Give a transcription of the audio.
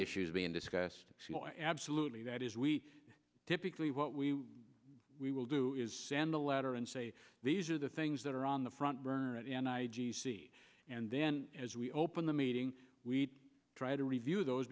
issues being discussed absolutely that is we typically what we will do is send a letter and say these are the things that are on the front burner and then as we open the meeting we try to review those